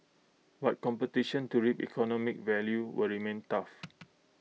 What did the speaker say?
but competition to reap economic value will remain tough